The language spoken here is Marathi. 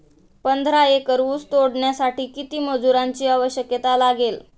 पंधरा एकर ऊस तोडण्यासाठी किती मजुरांची आवश्यकता लागेल?